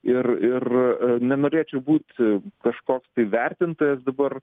ir ir nenorėčiau būt kažkoks tai vertintojas dabar